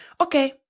okay